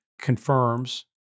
confirms